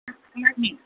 चाख्नुलाई नी